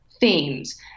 themes